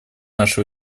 наши